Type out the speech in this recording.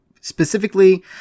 Specifically